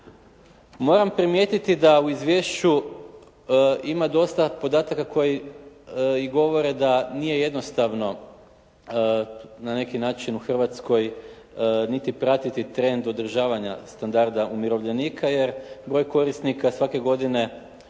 Moram primijetiti da u izvješću ima dosta podataka koji i govore da nije jednostavno na neki način u Hrvatskoj niti pratiti trend održavanja standarda umirovljenika jer broj korisnika svake godine odnosno